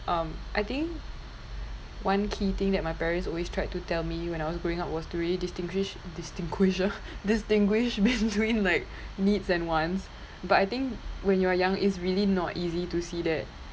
um I think one key thing that my parents always tried to tell me when I was growing up was to really distinguish distinguished ah distinguish between like needs and wants but I think when you're young it's really not easy to see that